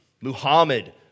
Muhammad